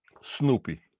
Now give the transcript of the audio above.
Snoopy